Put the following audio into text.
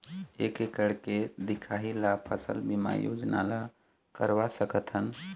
एक एकड़ के दिखाही ला फसल बीमा योजना ला करवा सकथन?